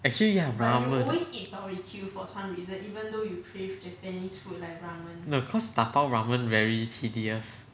actually ya ramen no cause 打包 ramen very tedious